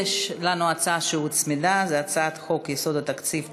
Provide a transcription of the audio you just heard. יש לנו הצעה שהוצמדה: הצעת חוק יסודות התקציב (תיקון,